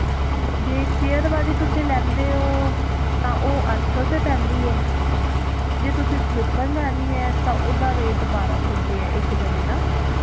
ਜੀ ਚੇਅਰ ਵਾਲੀ ਤੁਸੀਂ ਲੈਂਦੇ ਹੋ ਤਾਂ ਉਹ ਅੱਠ ਸੌ ਤੇ ਪੈਂਦੀ ਐ ਜੇ ਤੁਸੀਂ ਸਲਿੱਪਰ ਲੈਣੀ ਐ ਤਾਂ ਉਹਦਾ ਰੇਟ ਬਾਰਾਂ ਸੌ ਰੁਪਏ ਐ ਇੱਕ ਜਣੇ ਦਾ